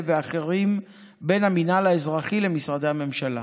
ואחרים בין המינהל האזרחי למשרדי הממשלה,